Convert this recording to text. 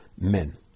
men